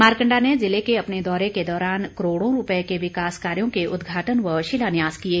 मारकंडा ने जिले के अपने दौरे के दौरान करोड़ों रूपए के विकास कार्यों के उदघाटन व शिलान्यास किए